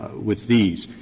with these.